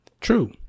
true